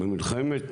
במלחמת